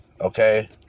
okay